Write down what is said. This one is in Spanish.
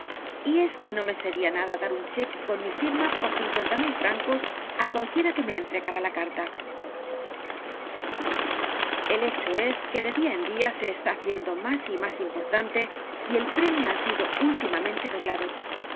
y es que no me sería nada dar un cheque con mi firma por cincuenta mil francos á cualquiera que m e entregara la carta el hecho es que de día en día se está haciendo m á s y más importante y el premio h a sido últimamente doblado